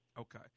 Okay